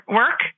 work